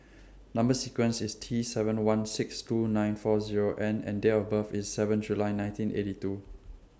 Number sequence IS T seven one six two nine four Zero N and Date of birth IS seven July nineteen eighty two